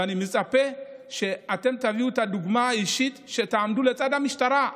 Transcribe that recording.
ואני מצפה שאתם תביאו את הדוגמה האישית ותעמדו לצד המשטרה,